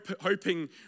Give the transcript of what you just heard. hoping